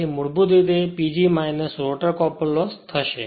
તેથી મૂળભૂત રીતે તે PG રોટર કોપર લોસ થશે